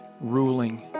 ruling